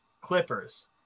Clippers